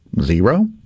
zero